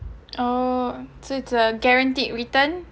oh so it's a guaranteed return